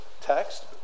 text